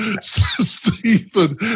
Stephen